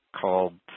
called